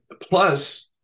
plus